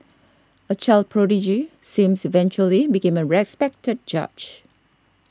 a child prodigy seems eventually became a respected judge